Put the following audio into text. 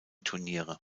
turniere